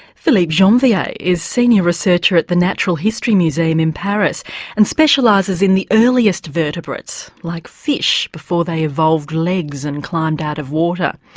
philippe janvier is senior researcher at the natural history museum in paris and specialises in the earliest vertebrates, like fish before they evolved legs and climbed out of water.